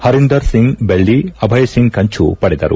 ಪರಿಂದರ್ ಸಿಂಗ್ ಬೆಳ್ಳಿ ಅಭಯಸಿಂಗ್ ಕಂಚು ಪಡೆದರು